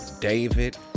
David